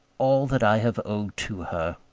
all that i have owed to her.